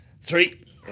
three